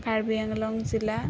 কাৰ্বি আংলং জিলা